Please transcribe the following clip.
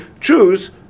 choose